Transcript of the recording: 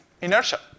inertia